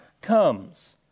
comes